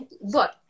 Look